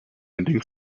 ending